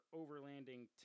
overlanding